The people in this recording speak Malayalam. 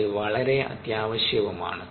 അത് വളരെ അത്യാവശ്യവുമാണ്